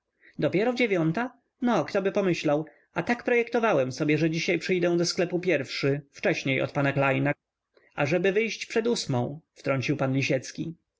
dopiero dziewiąta no ktoby myślał a tak projektowałem sobie że dziś przyjdę do sklepu pierwszy wcześniej od pana klejna ażeby wyjść przed ósmą wtrącił pan lisiecki